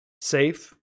Safe